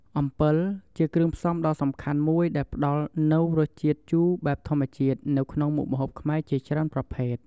អំពិល ជាគ្រឿងផ្សំដ៏សំខាន់មួយដែលផ្តល់នូវរសជាតិជូរបែបធម្មជាតិនៅក្នុងមុខម្ហូបខ្មែរជាច្រើនប្រភេទ។